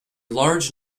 large